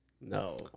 No